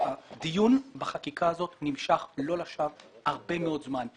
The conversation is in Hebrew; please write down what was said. הדיון בחקיקה הזאת נמשך לא לשווא הרבה מאוד זמן,